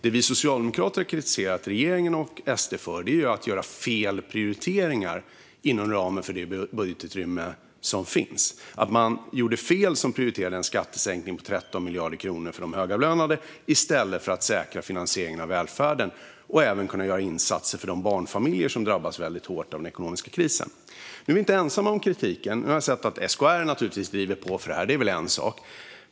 Det vi socialdemokrater kritiserat regeringen och SD för är att de gör fel prioriteringar inom ramen för det budgetutrymme som finns. Man gjorde fel som prioriterade en skattesänkning på 13 miljarder kronor för de högavlönade i stället för att säkra finansieringen av välfärden och även kunna göra insatser för de barnfamiljer som drabbas väldigt hårt av den ekonomiska krisen. Nu är vi inte ensamma om kritiken. Jag har sett att SKR driver på för det, och det är väl en sak.